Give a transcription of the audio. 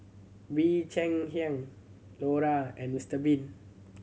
Bee Cheng Hiang Lora and Mister Bean